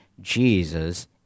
Jesus